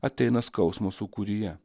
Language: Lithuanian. ateina skausmo sūkuryje